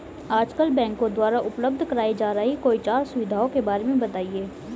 आजकल बैंकों द्वारा उपलब्ध कराई जा रही कोई चार सुविधाओं के बारे में बताइए?